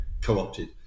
co-opted